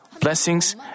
blessings